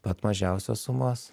pat mažiausios sumos